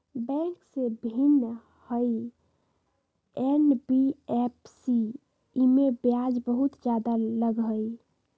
Bank से भिन्न हई एन.बी.एफ.सी इमे ब्याज बहुत ज्यादा लगहई?